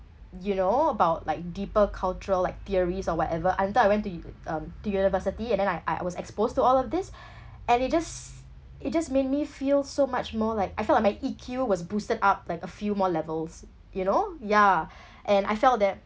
you know about like deeper cultural like theories or whatever until I went to u~ um to university and then I I was exposed to all of this and it just it just made me feel so much more like I felt like my E_Q was boosted up like a few more levels you know ya and I felt that